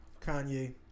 Kanye